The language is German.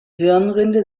hirnrinde